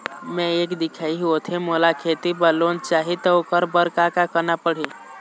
मैं एक दिखाही होथे मोला खेती बर लोन चाही त ओकर बर का का करना पड़ही?